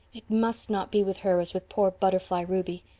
it must not be with her as with poor butterfly ruby.